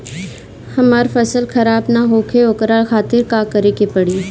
हमर फसल खराब न होखे ओकरा खातिर का करे के परी?